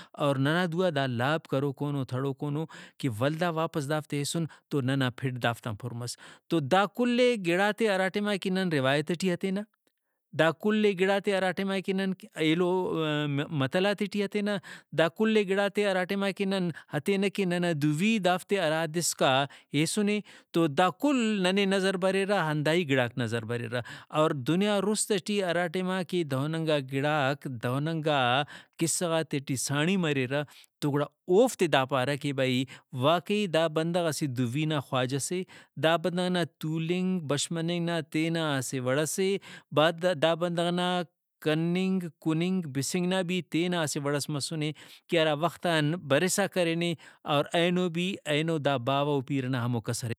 اور ننا دو آ دا لاب کروکونو تھڑوکونو کہ ولدا واپس دافتے ہیسُن تو ننا پھڈ دافتان پُر مس تو دا کلے گڑاتے ہراٹائما کہ نن روایت ٹی ہتینہ دا کل ئے گڑاتے ہراٹائما کہ نن ایلو متلاتے ٹی ہتینہ دا کل ئے گڑاتے ہرا ٹائما کہ نن ہتینہ کہ ننا دُوی دافتے ہرا حد اسکا ہیسُنے تو دا کل ننے نظر بریرہ ہنداہی گڑاک نظر بریرہ اور دنیا رُست ٹی ہرا ٹائما کہ دہننگا گڑاک دہننگا قصہ غاتے ٹی ساڑی مریرہ تو گڑا اوفتے دا پارہ کہ بھئی واقعی دا بندغ اسہ دوی نا خواجہ سے دا بندغ نا تولنگ بش مننگ نا تینا اسہ وڑ سے با دا بندغ نا کننگ کُننگ بسنگ نا بھی تینا اسہ وڑس مسنے کہ ہرا وختان برسا کرینے اور اینو بھی اینو دا باوہ ؤ پیرہ نا ہمو کسرے